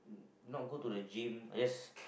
not go to the gym I just